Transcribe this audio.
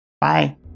Bye